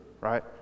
right